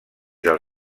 del